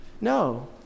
No